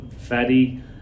fatty